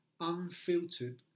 unfiltered